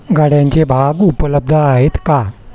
गाड्यांचे भाग उपलब्ध आहेत का